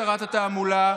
שרת התעמולה,